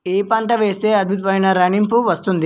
ఏ పంట వేస్తే అద్భుతమైన రాణింపు వస్తుంది?